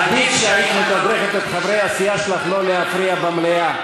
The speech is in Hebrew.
עדיף שהיית מתדרכת את חברי הסיעה שלך לא להפריע במליאה,